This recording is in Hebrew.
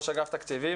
ראש אגף תקציבים,